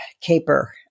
caper